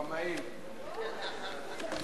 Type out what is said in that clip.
בבקשה.